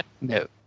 No